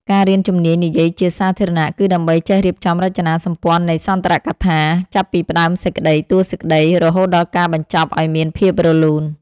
ការរៀនជំនាញនិយាយជាសាធារណៈ គឺដើម្បីចេះរៀបចំរចនាសម្ព័ន្ធនៃសន្ទរកថា ចាប់ពីផ្ដើមសេចក្ដី តួសេចក្ដី រហូតដល់ការបញ្ចប់ឱ្យមានភាពរលូន។